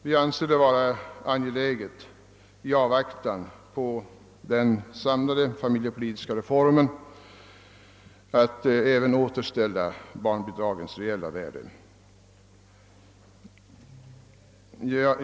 Vi anser att det i avvaktan på den samlade familjepolitiska reformen är angeläget att återställa barnbidragets reella värde.